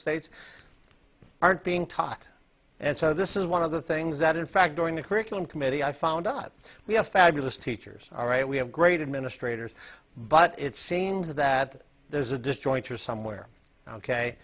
states aren't being taught and so this is one of the things that in fact during the curriculum committee i found out that we have fabulous teachers all right we have great administrators but it seems that there's a destroyer somewhere ok